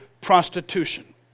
prostitution